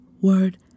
word